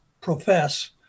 profess